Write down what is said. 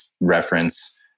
reference